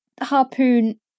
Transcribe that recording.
Harpoon